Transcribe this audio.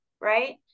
right